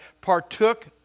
partook